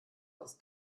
aus